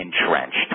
entrenched